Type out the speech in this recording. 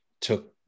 took